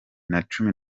nacumi